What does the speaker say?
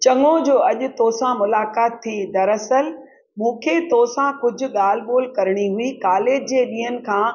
चङो जो अॼु तोसां मुलाकातु थी दरसलु मूंखे तोसां कुझु ॻाल्ह ॿोल्ह करिणी हुई कालेज जे ॾींहनि खां